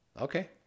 Okay